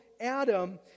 Adam